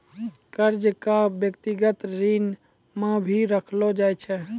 कर्जा क व्यक्तिगत श्रेणी म भी रखलो जाय छै